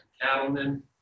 Cattlemen